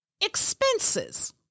expenses